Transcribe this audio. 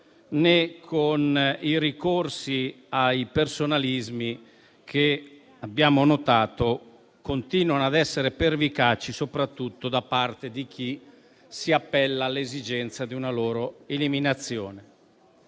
né con i ricorsi ai personalismi che, abbiamo notato, continuano ad essere pervicaci soprattutto da parte di chi si appella all'esigenza di una loro eliminazione.